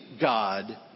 God